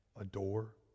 adore